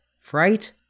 Fright